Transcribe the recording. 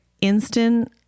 instant